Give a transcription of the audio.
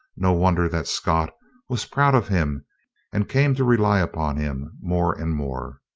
no wonder that scott was proud of him and came to rely upon him more and more.